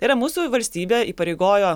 tai yra mūsų valstybė įpareigojo